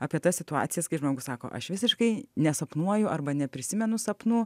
apie tas situacijas kai žmogus sako aš visiškai nesapnuoju arba neprisimenu sapnų